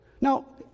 Now